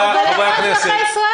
מה קשר?